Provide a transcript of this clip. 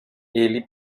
ele